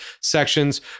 sections